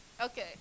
Okay